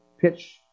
Pitch